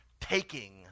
taking